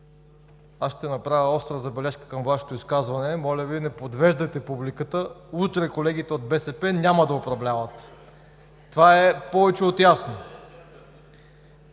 ще направя остра забележка към Вашето изказване. Моля Ви, не подвеждайте публиката, утре колегите от БСП няма да управляват, това е повече от ясно.